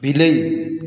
ବିଲେଇ